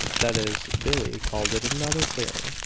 that is, billie called it another clearing,